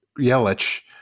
yelich